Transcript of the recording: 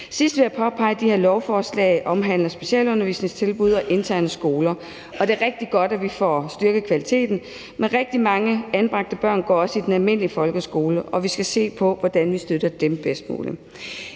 sidst vil jeg påpege, at de her lovforslag omhandler specialundervisningstilbud og interne skoler, og det er rigtig godt, at vi får styrket kvaliteten, men rigtig mange anbragte børn går også i den almindelige folkeskole, og vi skal se på, hvordan vi støtter dem bedst muligt.